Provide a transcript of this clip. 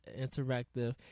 Interactive